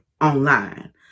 online